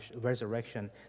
resurrection